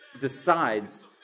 decides